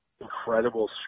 incredible